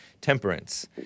Temperance